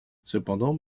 cependant